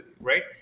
right